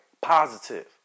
Positive